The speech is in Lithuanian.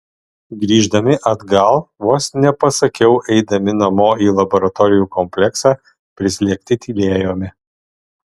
grįždami atgal vos nepasakiau eidami namo į laboratorijų kompleksą prislėgti tylėjome